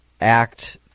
act